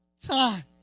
time